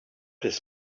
his